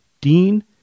dean